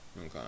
Okay